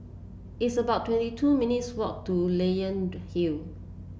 it's about twenty two minutes' walk to Leyden Hill